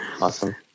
Awesome